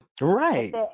Right